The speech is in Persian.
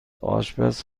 آشپز